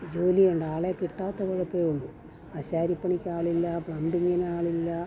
ജോലിയുണ്ട് ആളെ കിട്ടാത്ത കുഴപ്പമേ ഉള്ളൂ ആശാരിപ്പണിക്കാളില്ല പ്ലെമ്പിങ്ങിനാളില്ല